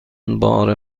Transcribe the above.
بار